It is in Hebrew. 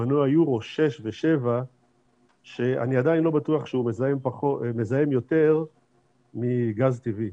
מנוע יורו 6 ו-7 שאני עדיין לא בטוח שהוא מזהם יותר מגז טבעי.